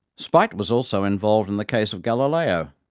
spite was also involved in the case of galileo.